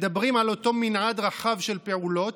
אנחנו מדברים על אותו מנעד רחב של פעולות